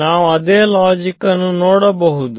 ನಾವು ಅದೇ ಲಾಜಿಕ್ಕನ್ನು ನೋಡಬಹುದು